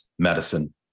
medicine